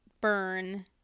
burn